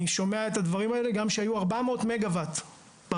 אני שומע את הדברים האלה גם שהיו ארבע מאות מגה וואט ברשת,